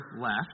left